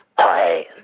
Hi